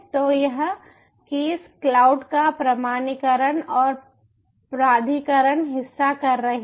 तो यह keys cloud का प्रमाणीकरण और प्राधिकरण हिस्सा कर रही है